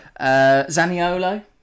Zaniolo